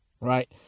Right